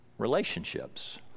relationships